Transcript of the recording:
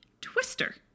Twister